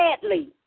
sadly